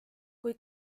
kui